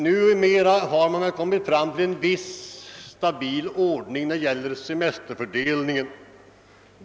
Numera har man kommit till en stabil ordning när det gäller semesterns förläggning.